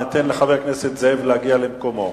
ניתן לחבר הכנסת זאב להגיע למקומו.